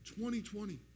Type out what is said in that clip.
2020